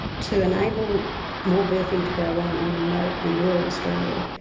to enable more birthing to go on in remote and rural australia,